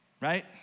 right